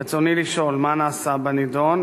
רצוני לשאול: 1. מה נעשה בנדון?